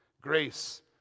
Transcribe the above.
Grace